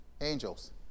angels